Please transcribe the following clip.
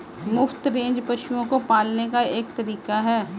मुफ्त रेंज पशुओं को पालने का एक तरीका है